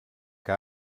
que